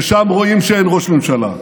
ששם רואים שאין ראש ממשלה,